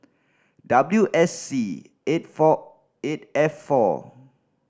W S C eight four eight F four